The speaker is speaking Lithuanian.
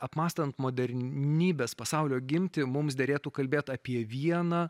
apmąstant modernybės pasaulio gimtį mums derėtų kalbėti apie vieną